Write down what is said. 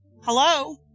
hello